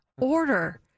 order